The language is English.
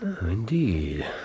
Indeed